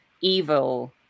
evil